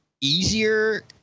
easier